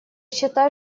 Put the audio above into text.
считаю